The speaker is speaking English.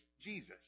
Jesus